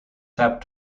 sap